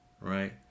right